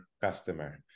customer